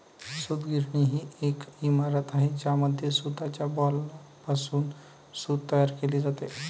सूतगिरणी ही एक इमारत आहे ज्यामध्ये सूताच्या बॉलपासून सूत तयार केले जाते